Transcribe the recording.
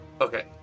okay